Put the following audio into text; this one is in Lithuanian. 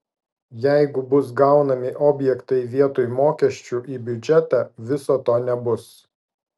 jeigu bus gaunami objektai vietoj mokesčių į biudžetą viso to nebus